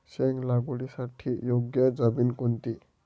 शेंग लागवडीसाठी योग्य जमीन कोणती?